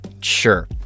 sure